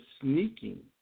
sneaking